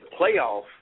playoff